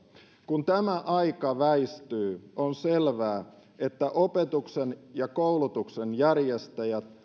kun tämä aika väistyy on selvää että opetuksen ja koulutuksen järjestäjät